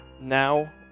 now